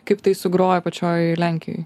kaip tai sugrojo pačioj lenkijoj